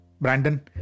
Brandon